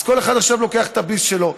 כל אחד עכשיו לוקח את הביס שלו,